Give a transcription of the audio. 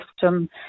system